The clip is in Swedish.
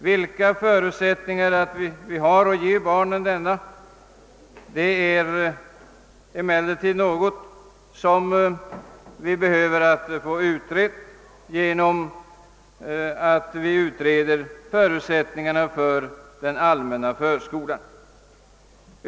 Vilka förutsättningar vi har att låta barnen gå i allmän förskola bör emellertid utredas.